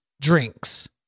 drinks